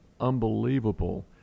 unbelievable